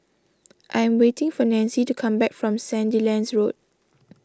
I am waiting for Nancie to come back from Sandilands Road